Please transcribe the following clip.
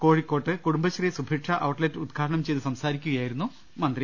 Kozhikode Kudumbashree Subhiksha outlet ഉദ്ഘാടനം ചെയ്തു സംസാരിക്കുകയായിരുന്നു അദ്ദേഹം